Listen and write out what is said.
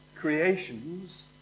creations